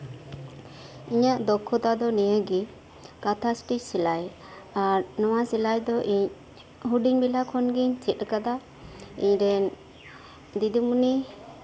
ᱤᱧᱟᱹᱜ ᱫᱚᱠᱠᱷᱚᱛᱟ ᱫᱚ ᱱᱤᱭᱟᱹ ᱜᱮ ᱠᱟᱛᱷᱟ ᱤᱥᱴᱤᱪ ᱥᱤᱞᱟᱹᱭ ᱟᱨ ᱱᱚᱶᱟ ᱥᱤᱞᱟᱹᱭ ᱫᱚ ᱤᱧ ᱦᱩᱰᱤᱧ ᱵᱮᱞᱟ ᱠᱷᱚᱱᱜᱤᱧ ᱪᱮᱫ ᱟᱠᱟᱫᱟ ᱤᱧᱨᱮᱱ ᱫᱤᱫᱤᱢᱚᱱᱤ